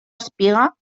espiga